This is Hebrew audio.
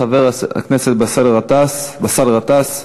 חבר הכנסת באסל גטאס,